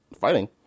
fighting